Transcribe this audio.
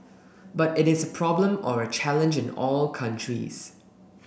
but it is a problem or a challenge in all countries